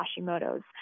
Hashimoto's